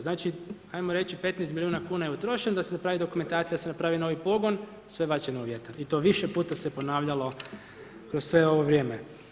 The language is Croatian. Znači ajmo reći 15 milijuna kuna je utrošeno, da se napravi dokumentacija, da se napravi novi pogon, sve je bačeno u vjetar i to je više puta ponavljalo kroz sve ovo vrijeme.